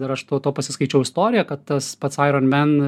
ir aš tuo tuo pasiskaičiau istoriją kad tas pats airormen